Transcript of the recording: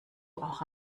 auch